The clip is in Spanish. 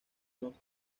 nos